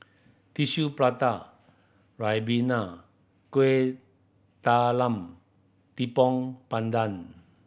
Tissue Prata ribena Kueh Talam Tepong Pandan